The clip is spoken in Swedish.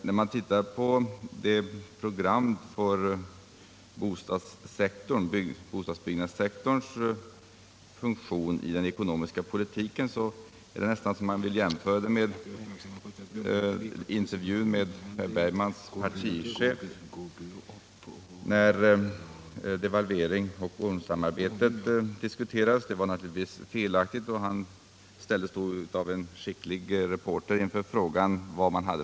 När man tittar på bostadsbyggnadssektorns funktion i den ekonomiska politiken kommer man att tänka på en intervju med Per Bergmans partichef när devalveringen och ormsamarbetet diskuterades. Han ställdes då av en skicklig reporter inför frågan vilket alternativ han hade.